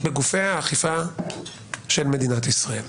בגופי האכיפה של מדינת ישראל.